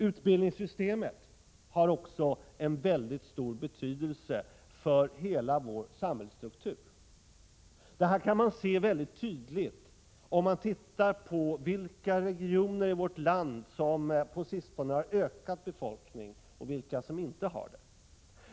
Utbildningssystemet har också en väldigt stor betydelse för hela samhällsstrukturen. Detta märker man tydligt om man undersöker vilka regioner i vårt land som på sistone har ökat sin befolkning och vilka som inte har ökat befolkningen.